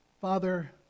Father